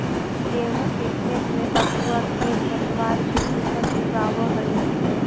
गेहूँ के खेत में बथुआ खेरपतवार के ऊपर उगआवऽ हई